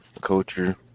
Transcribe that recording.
culture